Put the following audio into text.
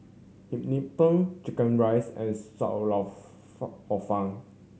Hum Chim Peng chicken rice and Sam Lau fun Hor Fun